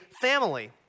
family